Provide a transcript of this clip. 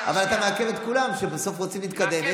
אתה מעכב את כולם, רוצים בסוף להתקדם.